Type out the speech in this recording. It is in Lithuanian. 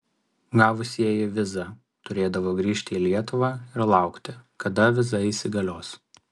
gavusieji vizą turėdavo grįžti į lietuvą ir laukti kada viza įsigalios